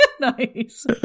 nice